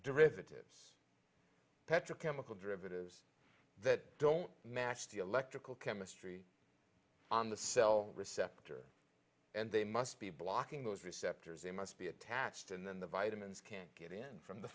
derivatives petrochemical derivatives that don't match the electrical chemistry on the cell receptor and they must be blocking those receptor is a must be attached and then the vitamins can't get in from the